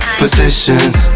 positions